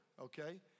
okay